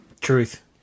Truth